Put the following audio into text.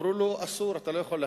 והם אמרו לו: אסור, אתה לא יכול להכניס.